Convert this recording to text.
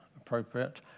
appropriate